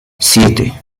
siete